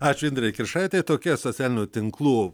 ačiū indrei kiršaitei tokia socialinių tinklų